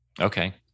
Okay